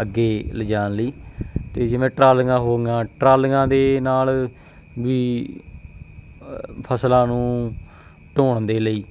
ਅੱਗੇ ਲਿਜਾਣ ਲਈ ਅਤੇ ਜਿਵੇਂ ਟਰਾਲੀਆਂ ਹੋ ਗਈਆਂ ਟਰਾਲੀਆਂ ਦੇ ਨਾਲ ਵੀ ਫਸਲਾਂ ਨੂੰ ਢੋਣ ਦੇ ਲਈ